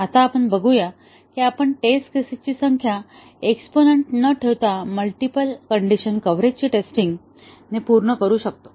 आता आपण बघूया की आपण टेस्ट केसेस ची संख्या एक्सपोनंन्ट न ठेवता मल्टीपल कण्डिशन कव्हरेजची टेस्टिंग ने पूर्ण करू शकतो